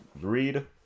read